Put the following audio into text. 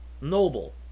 noble